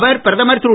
அவர் பிரதமர் திரு